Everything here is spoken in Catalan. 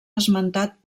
esmentat